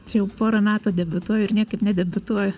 čia jau porą metų debiutuoju ir niekaip nedebiutuoju